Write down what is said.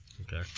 Okay